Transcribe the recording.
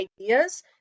ideas